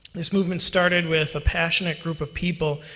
this movement started with a passionate group of people,